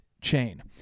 Chain